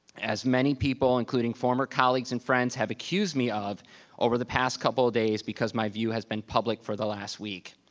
as many people, including former colleagues and friends have accused me of over the past couple of days, because my view has been public for the last week.